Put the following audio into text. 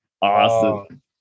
Awesome